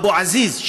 אבו עזיז,